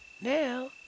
Now